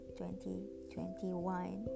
2021